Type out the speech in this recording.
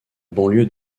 banlieue